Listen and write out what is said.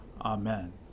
Amen